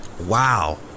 Wow